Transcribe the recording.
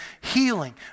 Healing